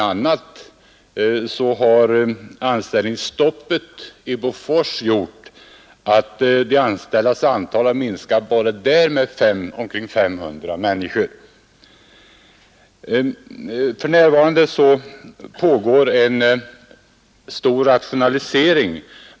a. har anställningsstoppet i Bofors gjort att de anställdas antal bara där har minskat med omkring 500 människor. För närvarande pågår en stor rationalisering.